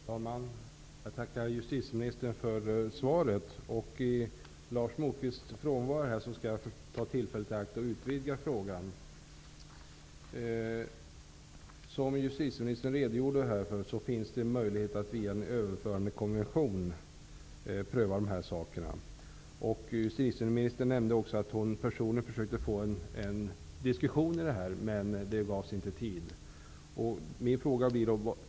Fru talman! Jag tackar justitieministern för svaret. I Lars Moquists frånvaro skall jag ta tillfället i akt att utvidga frågan. Det finns, som justitieministern redogjorde för, möjlighet att via en överförandekonvention pröva ärenden. Justitieministern nämnde också att hon personligen försökte få till stånd en diskussion, men att det inte gavs tid till en sådan.